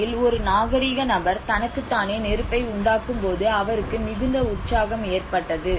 உண்மையில் ஒரு நாகரிக நபர் தனக்குத்தானே நெருப்பை உண்டாக்கும்போது அவருக்கு மிகுந்த உற்சாகம் ஏற்பட்டது